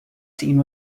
scene